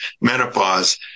menopause